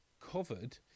covered